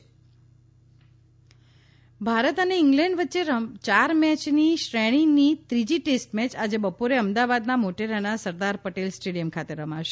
cricket match Ahmedabad Bharat અને England વચ્ચે ચાર મેયની શ્રેણીની ત્રીજી ટેસ્ટ મેય આજે બપોરે અમદાવાદના મોટેરાના સરદાર પટેલ સ્ટેડિયમ ખાતે રમાશે